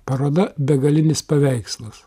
paroda begalinis paveikslas